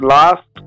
last